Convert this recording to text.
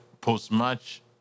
post-match